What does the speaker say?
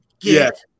Get